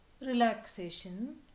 Relaxation